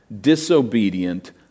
disobedient